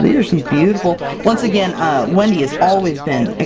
there's some beautiful once again, ah wendy has always been,